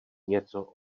něco